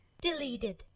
Deleted